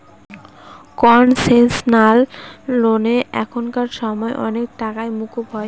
concessional লোনে এখানকার সময় অনেক টাকাই মকুব হয়